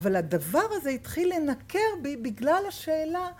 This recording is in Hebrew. אבל הדבר הזה התחיל לנקר בי בגלל השאלה